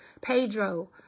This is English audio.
Pedro